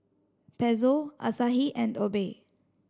Pezzo Asahi and Obey